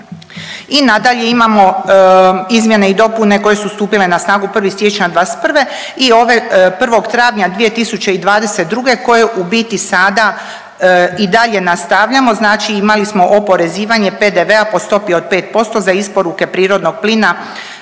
I nadalje imamo izmjene i dopune koje su stupile na snagu 1. siječnja '21. i ove 1. travnja 2022. koje u biti sada i dalje nastavljamo. Znači imali smo oporezivanje PDV-a po stopi od 5% za isporuke prirodnog plina